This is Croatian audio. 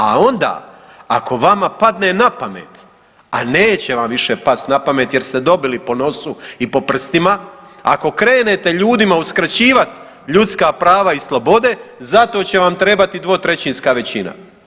A onda ako vama padne na pamet, a neće vam više pasti na pamet jer ste dobili po nosu i po prstima, ako krenete ljudima uskraćivati ljudska prava i slobode, za to će vam trebati dvotrećinska većina.